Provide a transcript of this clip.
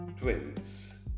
twins